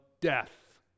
death